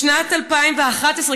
בשנת 2011,